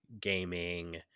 gaming